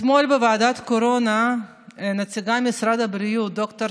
אתמול בוועדת הקורונה נציגת משרד הבריאות ד"ר